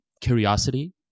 curiosity